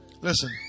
listen